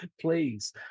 please